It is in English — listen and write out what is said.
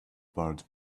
birds